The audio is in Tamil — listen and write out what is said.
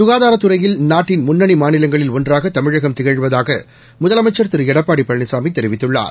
சுகாதாரத்துறையில் நாட்டின் முன்னணி மாநிலங்களில் ஒன்றாக தமிழகம் திகழ்வதாக முதலமைச்ச் திரு எடப்பாடி பழனிசாமி தெரிவித்துள்ளார்